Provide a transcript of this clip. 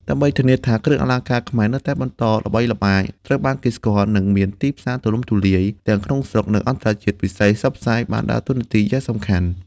ដើម្បីធានាថាគ្រឿងអលង្ការខ្មែរនៅតែបន្តល្បីល្បាញ ត្រូវបានគេស្គាល់ និងមានទីផ្សារទូលំទូលាយ ទាំងក្នុងស្រុក និងអន្តរជាតិ វិស័យផ្សព្វផ្សាយ បានដើរតួនាទីយ៉ាងសំខាន់។